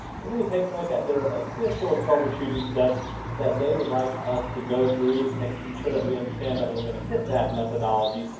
we're gonna be taking a look at their official troubleshooting steps that they would like us to go through. making sure that we understand that we're gonna hit that methodology.